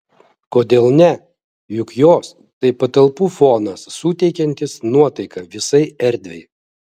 kodėl ne juk jos tai patalpų fonas suteikiantis nuotaiką visai erdvei